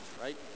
Right